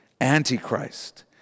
Antichrist